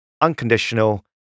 unconditional